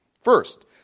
First